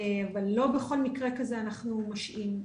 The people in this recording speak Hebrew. אבל לא בכל מקרה כזה אנחנו משהים.